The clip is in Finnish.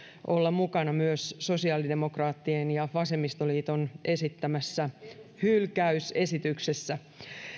olla mukana myös sosiaalidemokraattien ja vasemmistoliiton esittämissä hylkäysesityksissä